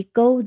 go